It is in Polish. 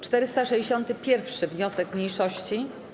461. wniosek mniejszości.